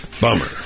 Bummer